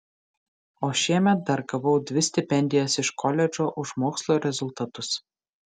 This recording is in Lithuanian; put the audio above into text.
o šiemet dar gavau dvi stipendijas iš koledžo už mokslo rezultatus